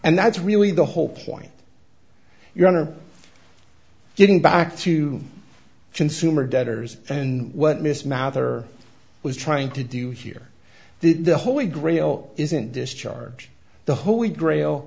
and that's really the whole point your honor getting back to consumer debtors and what miss mather was trying to do here did the holy grail isn't discharge the holy grail